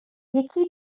یکی